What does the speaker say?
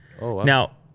Now